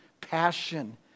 passion